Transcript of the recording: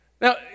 Now